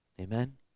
Amen